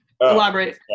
Elaborate